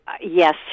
yes